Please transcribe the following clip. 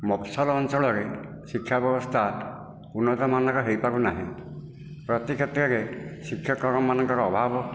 ମଫସଲ ଅଞ୍ଚଳରେ ଶିକ୍ଷା ବ୍ୟବସ୍ଥା ଉନ୍ନତମାନର ହୋଇପାରୁନାହିଁ ପ୍ରତି କ୍ଷେତ୍ରରେ ଶିକ୍ଷକ ମାନଙ୍କର ଅଭାବ